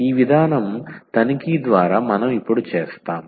ఈ విధానం తనిఖీ ద్వారా మనం ఇప్పుడు చేస్తాము